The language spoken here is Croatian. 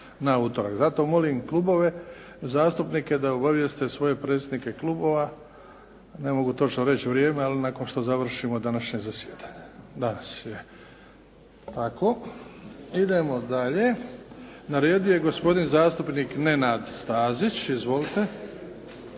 Zato molim klubove, zastupnike da obavijeste svoje predsjednike klubova, ne mogu točno reći vrijeme, ali nakon što završimo današnje zasjedanje danas. Tako, idemo dalje. Na redu je gospodin zastupnik Nenad Stazić. Izvolite.